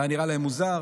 זה היה נראה להם מוזר,